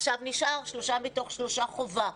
עכשיו נשארו שלושה מתוך שלושה חובה,